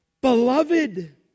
Beloved